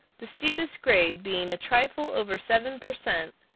the steepest grade being a trifle over seven per cent,